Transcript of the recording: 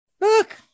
look